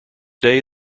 day